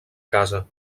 casa